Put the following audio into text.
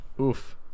Oof